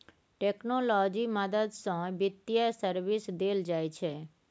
technology मदद सँ बित्तीय सर्विस देल जाइ छै